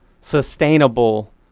sustainable